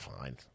fine